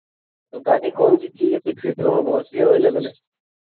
गाड़ी कौन सी चाहिए सिक्स सीटर में बहुत सी अवेलेबल हैं